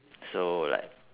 so like